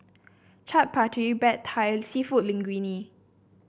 Chaat Papri Pad Thai seafood Linguine